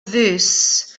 this